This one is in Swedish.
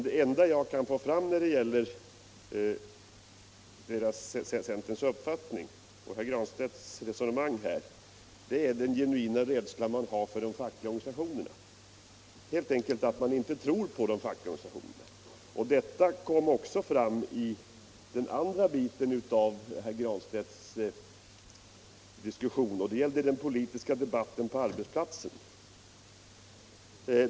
Det enda när det gäller centerns uppfattning som jag kan få fram av herr Granstedts resonemang är den genuina rädslan för de fackliga organisationerna. Man tror helt enkelt inte på de fackliga organisationerna. Denna uppfattning kom också fram i den andra biten av herr Granstedts anförande som gällde den politiska debatten på arbetsplatserna.